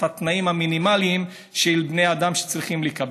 התנאים המינימליים שבני אדם צריכים לקבל,